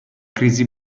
crisi